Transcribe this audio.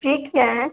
fix है